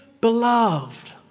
beloved